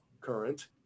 current